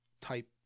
type